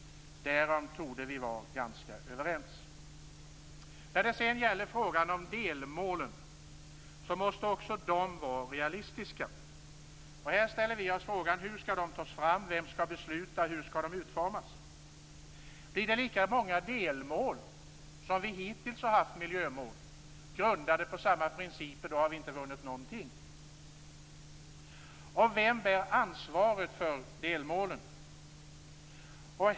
Därom torde vi vara ganska överens. Delmålen måste också vara realistiska. Här ställer vi oss frågan: Hur skall de tas fram och vem skall besluta? Hur skall de utformas? Blir det lika många delmål som vi hittills haft miljömål, grundade på samma princip, har vi inte vunnit någonting. Vem bär ansvaret för delmålen?